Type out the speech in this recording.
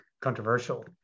controversial